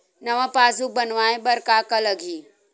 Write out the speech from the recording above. नवा पासबुक बनवाय बर का का लगही?